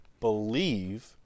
believe